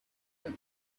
for